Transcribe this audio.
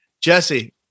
Jesse